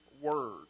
word